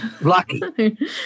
lucky